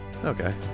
Okay